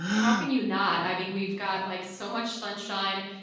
how can you not? i mean we've got like so much sunshine,